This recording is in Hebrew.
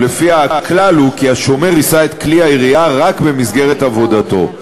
ולפיה הכלל הוא כי השומר יישא את כלי הירייה רק במסגרת עבודתו.